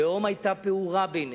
תהום היתה פעורה ביניהם,